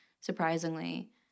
surprisingly